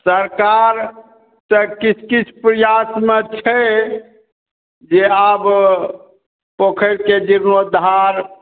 सरकार तऽ किछु किछु प्रयासमे छै जे आब पोखरिके जीर्णोद्धार